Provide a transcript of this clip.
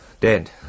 Dead